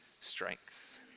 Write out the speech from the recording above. strength